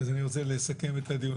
אני רוצה לסכם את הדיון,